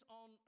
on